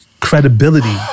credibility